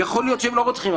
יכול להיות שהם רוצחים,